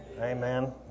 amen